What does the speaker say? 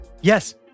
Yes